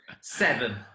Seven